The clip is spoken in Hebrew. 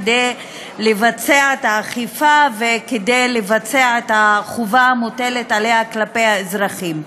כדי לבצע את האכיפה ואת החובה המוטלת עליה כלפי האזרחים.